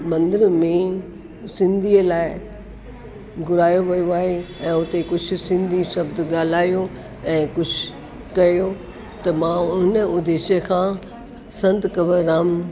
मंदिर में सिंधीअ लाइ घुरायो वियो आहे ऐं उते कुझु सिंधी शब्द ॻाल्हायो ऐं कुझु कयो त मां उन उद्देश्य खां संत कंवरराम